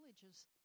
villages